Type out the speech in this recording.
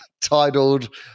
titled